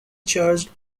charged